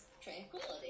tranquility